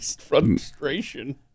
Frustration